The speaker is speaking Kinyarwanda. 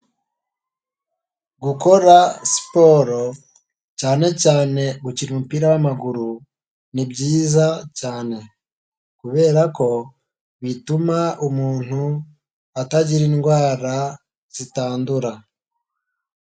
Gukora siporo cyane cyane gukina umupira w'amaguru, ni byiza cyane kubera ko bituma umuntu atagira indwara zitandura.